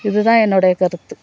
இது தான் என்னுடைய கருத்து